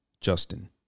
Justin